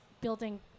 building